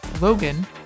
Logan